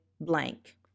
blank